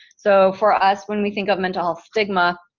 so for us, when we think of mental stigma,